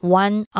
one